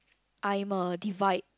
I'm a divide